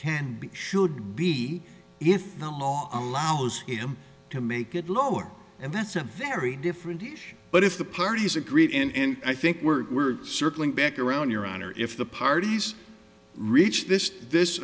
be should be if the law allows him to make it lower and that's a very different issue but if the parties agreed in i think we're we're circling back around your honor if the parties reach this this